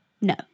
No